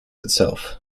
itself